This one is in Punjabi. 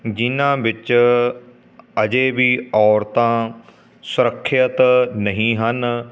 ਜਿਨ੍ਹਾਂ ਵਿੱਚ ਅਜੇ ਵੀ ਔਰਤਾਂ ਸੁਰੱਖਿਅਤ ਨਹੀਂ ਹਨ